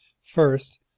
First